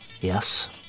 Yes